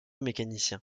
mécanicien